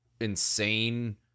insane